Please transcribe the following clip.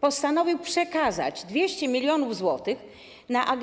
Postanowił przekazać 200 mln zł na